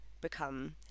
become